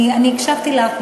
אני הקשבתי לך.